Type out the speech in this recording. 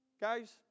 guys